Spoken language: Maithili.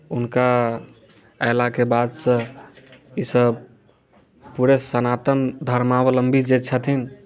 हुनका अयला के बाद सँ ई सब पुरे सनातन धर्मावलम्बी जे छथिन